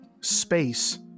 space